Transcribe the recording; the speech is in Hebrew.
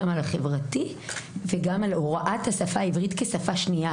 גם על החלק החברתי וגם על הוראת השפה העברית כשפה שנייה.